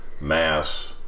mass